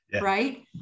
right